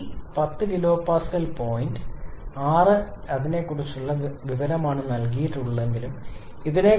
ഈ 10 kpa point number 6 നെക്കുറിച്ചുള്ള വിവരമായാണ് നൽകിയിട്ടുള്ളതെങ്കിലും ഇതിനെഗുണമേന്മ